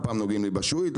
פעם נוגעים לי בשעועית,